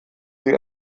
sie